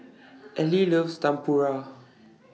Eli loves Tempura